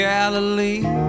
Galilee